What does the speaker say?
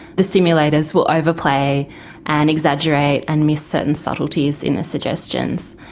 the simulators will overplay and exaggerate and miss certain subtleties in a suggestion. so